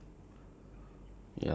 I really don't know eh